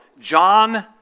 John